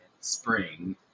spring